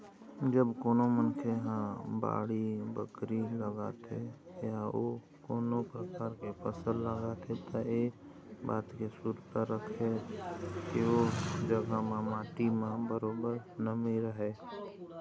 जब कोनो मनखे ह बाड़ी बखरी लगाथे या अउ कोनो परकार के फसल लगाथे त ऐ बात के सुरता राखय के ओ जघा म माटी म बरोबर नमी रहय